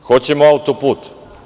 Hoćemo autoput.